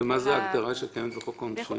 ומה היא ההגדרה שקיימת בחוק העונשין?